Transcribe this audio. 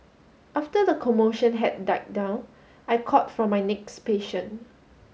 after the commotion had died down I called for my next patient